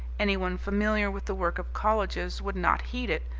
anyone familiar with the work of colleges would not heed it,